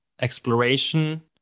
exploration